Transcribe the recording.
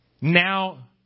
now